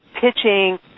pitching